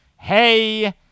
hey